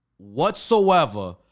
Whatsoever